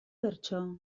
bertso